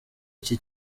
iki